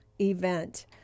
event